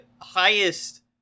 highest